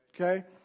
okay